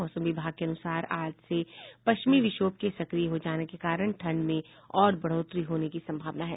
मौसम विभाग के अनुसार आज से पश्चिमी विक्षोभ के सक्रिय हो जाने के कारण ठंड में और बढ़ोतरी होने की संभावना है